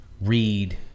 read